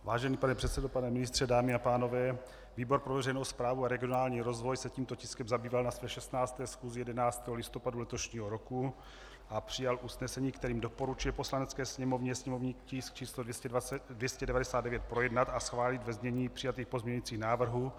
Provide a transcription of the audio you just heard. Vážený pane předsedo, pane ministře, dámy a pánové, výbor pro veřejnou správu a regionální rozvoj se tímto tiskem zabýval na své 16. schůzi 11. listopadu letošního roku a přijal usnesení, kterým doporučuje Poslanecké Sněmovně sněmovní tisk číslo 299 projednat a schválit ve znění přijatých pozměňovacích návrhů.